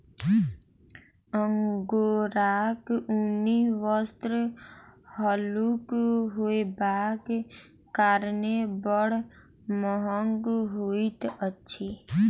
अंगोराक ऊनी वस्त्र हल्लुक होयबाक कारणेँ बड़ महग होइत अछि